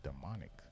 demonic